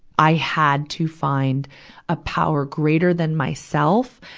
i had to find a power greater than myself,